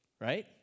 Right